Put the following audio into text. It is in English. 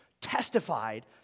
testified